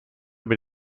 mit